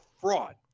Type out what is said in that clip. fraud